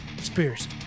Spears